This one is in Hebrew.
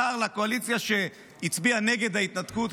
שר שהצביע נגד ההתנתקות,